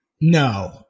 No